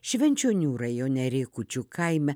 švenčionių rajone rėkučių kaime